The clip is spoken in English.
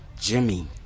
Jimmy